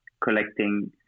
collecting